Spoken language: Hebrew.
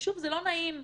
שוב, זה לא נעים,